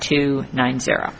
two nine zero